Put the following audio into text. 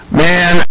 man